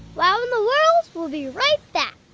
wow in the world will be right back.